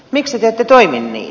miksi te ette toimi niin